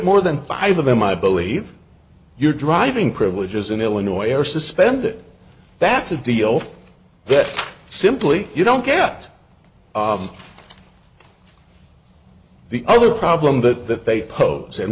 more than five of them i believe you're driving privileges in illinois or suspended that's a deal that simply you don't get the other problem that they pose and